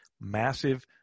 massive